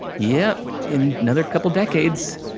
yep, in another couple decades,